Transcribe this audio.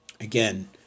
Again